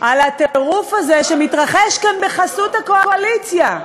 על הטירוף הזה שמתרחש כאן בחסות הקואליציה.